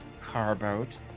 Carboat